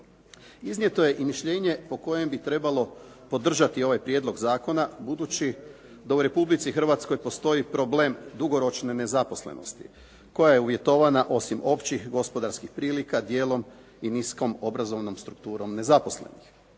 Iznijeto je i mišljenje po kojem bi trebalo podržati ovaj prijedlog zakona budući da u Republici Hrvatskoj postoji problem dugoročne nezaposlenosti koja je uvjetovana, osim općih i gospodarskih prilika, dijelom i niskom obrazovnom strukturom nezaposlenih.